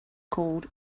called